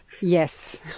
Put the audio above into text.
Yes